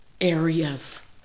areas